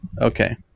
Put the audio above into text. Okay